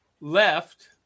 left